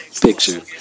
Picture